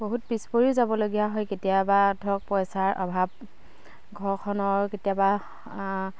বহুত পিছ পৰিও যাবলগীয়া হয় কেতিয়াবা ধৰক পইচাৰ অভাৱ ঘৰখনৰ কেতিয়াবা